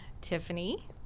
Tiffany